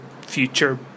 future